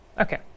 Okay